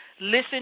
Listen